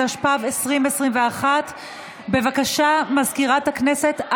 התשפ"ב 2021. סגנית מזכירת הכנסת,